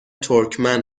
ترکمن